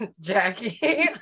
Jackie